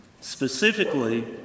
Specifically